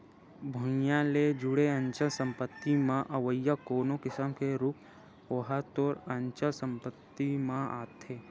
भुइँया ले जुड़े अचल संपत्ति म अवइया कोनो किसम के रूख ओहा तोर अचल संपत्ति म आथे